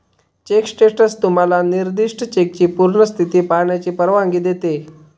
check status तुम्हाला निर्दिष्ट चेकची पूर्ण स्थिती पाहण्याची परवानगी देते